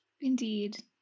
Indeed